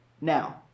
Now